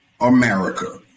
America